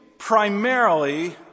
Primarily